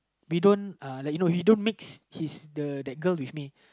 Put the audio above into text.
we don't uh like you know he don't mix his the that girl with me